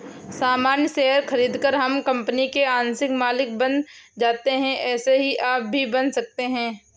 सामान्य शेयर खरीदकर हम कंपनी के आंशिक मालिक बन जाते है ऐसे ही आप भी बन सकते है